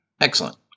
excellent